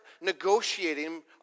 negotiating